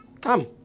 Come